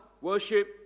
worship